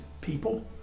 people